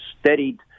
steadied